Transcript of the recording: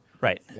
Right